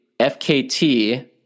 FKT